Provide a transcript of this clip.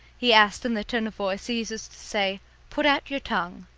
he asked in the tone of voice he uses to say put out your tongue.